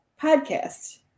podcast